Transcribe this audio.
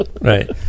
right